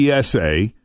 PSA